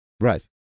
Right